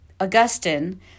Augustine